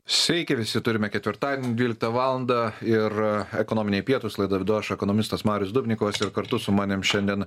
sveiki visi turime ketvirtadienį dvyliktą valandą ir ekonominiai pietūs laidą vedu aš ekonomistas marius dubnikovas ir kartu su manim šiandien